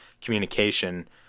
communication